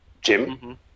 Jim